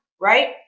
right